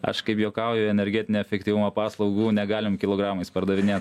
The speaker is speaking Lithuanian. aš kaip juokauju energetinio efektyvumo paslaugų negalim kilogramais pardavinėt